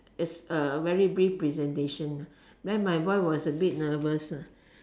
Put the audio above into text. is a very brief presentation then my boy was a bit nervous lah